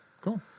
cool